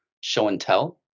show-and-tell